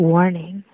Warning